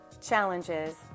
challenges